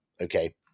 okay